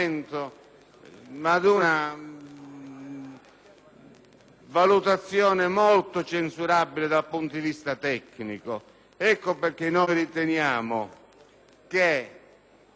ad una valutazione molto censurabile dal punto di vista tecnico. Ecco perché riteniamo che correttamente e in forma garantita